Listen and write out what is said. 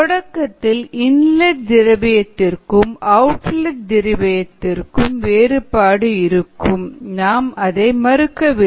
தொடக்கத்தில் inlet திரவியத்திற்கும் அவுட்லெட்திரவியதிற்கும்வேறுபாடு இருக்கும் நாம் அதை மறுக்கவில்லை